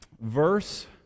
verse